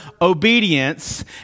obedience